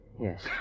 Yes